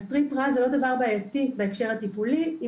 אז טריפ רע זה לא דבר בעייתי בהקשר הטיפולי אם